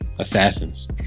assassins